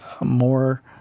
more